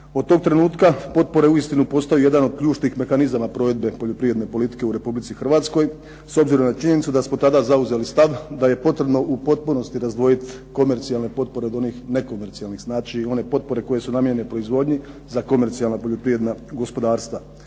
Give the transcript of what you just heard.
Od tog trenutka potpore uistinu postoji jedan od ključnih mehanizama provedbe poljoprivredne politike u Republici Hrvatskoj, s obzirom na činjenicu da smo tada zauzeli stav da je potrebno u potpunosti razdvojiti komercijalne potpore od onih nekomercijalnih. Znači one potpore koje su namijenjene proizvodnji za komercijalna poljoprivredna gospodarstva.